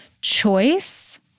choice